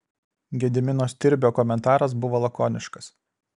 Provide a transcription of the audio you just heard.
gedimino stirbio komentaras buvo lakoniškas